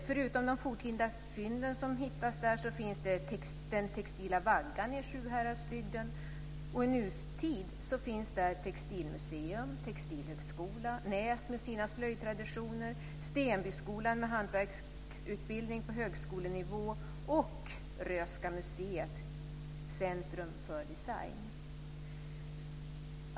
Förutom de forntida fynd som gjorts finns den textila vaggan i Sjuhäradsbygden. I nutid finns där textilmuseum, textilhögskola, Nääs med sina slöjdtraditioner, Stenbyskolan med hantverksutbildningar på högskolenivå och Röhsska museet, centrum för design.